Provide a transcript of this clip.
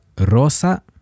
rosa